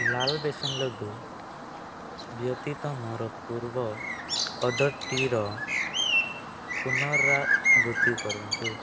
ଲାଲ୍ ବେସନ ଲଡ଼ୁ ବ୍ୟତୀତ ମୋର ପୂର୍ବ ଅର୍ଡ଼ର୍ଟିର ପୁନରାବୃତ୍ତି କରନ୍ତୁ